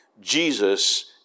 Jesus